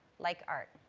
like art.